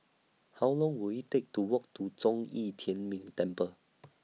How Long Will IT Take to Walk to Zhong Yi Tian Ming Temple